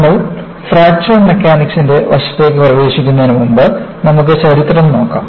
നമ്മൾ ഫ്രാക്ചർ മെക്കാനിക്സിന്റെ വശത്തേക്ക് പ്രവേശിക്കുന്നതിനു മുൻപ് നമുക്ക് ചരിത്രം നോക്കാം